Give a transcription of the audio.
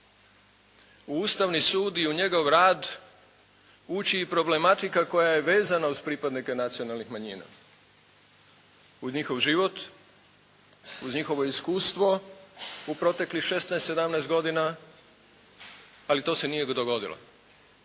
u Ustavni sud i u njegov rad ući i problematika koja je vezana uz pripadnike nacionalnih manjina, uz njihov život, uz njihovo iskustvo u proteklih šesnaest, sedamnaest godina ali to se nije dogodilo